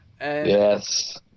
Yes